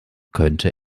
könnte